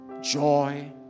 joy